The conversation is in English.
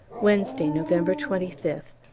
wednesday, november twenty fifth.